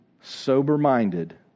sober-minded